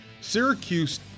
Syracuse